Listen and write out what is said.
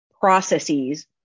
processes